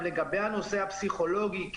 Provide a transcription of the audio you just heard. לגבי הנושא הפסיכולוגי,